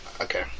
Okay